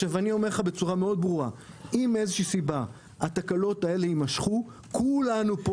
אם מאיזו סיבה התקלות הללו יימשכו כולנו פה